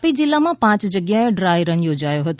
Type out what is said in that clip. તાપી જીલ્લામાં પાંચ જગ્યાએ ડ્રાય રન યોજાયો હતો